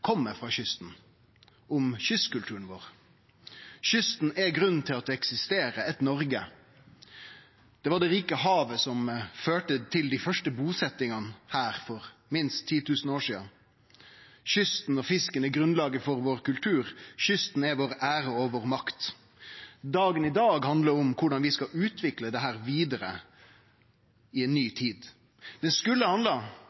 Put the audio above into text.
frå kysten – om kystkulturen vår. Kysten er grunnen til at det eksisterer eit Noreg. Det var det rike havet som førte til dei første busetnadene her for minst 10 000 år sidan. Kysten og fisken er grunnlaget for kulturen vår, kysten er vår ære og vår makt. Dagen i dag handlar om korleis vi skal utvikle dette vidare i ei ny tid. Det skulle ha handla